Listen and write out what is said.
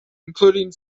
including